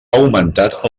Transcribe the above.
augmentat